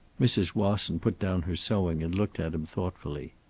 mrs. wasson put down her sewing and looked at him thoughtfully.